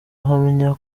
ahamya